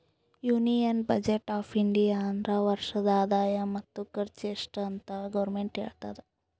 union budget of India ಅಂದುರ್ ವರ್ಷದ ಆದಾಯ ಮತ್ತ ಖರ್ಚು ಎಸ್ಟ್ ಅಂತ್ ಗೌರ್ಮೆಂಟ್ ಹೇಳ್ತುದ